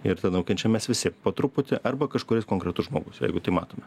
ir ta nukenčiam mes visi po truputį arba kažkuris konkretus žmogus jeigu tai matome